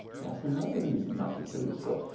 that's another reason not to kill yourself,